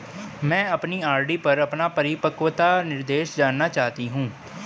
मैं अपनी आर.डी पर अपना परिपक्वता निर्देश जानना चाहती हूँ